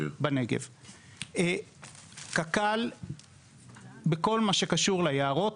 בכל מה שקשור ליערות,